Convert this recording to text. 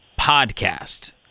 podcast